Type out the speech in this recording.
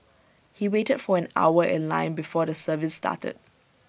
he waited for an hour in line before the service started